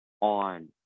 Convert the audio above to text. on